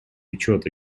учета